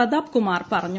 പ്രതാപ് കുമാർ പറഞ്ഞു